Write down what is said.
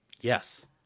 Yes